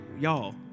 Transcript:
y'all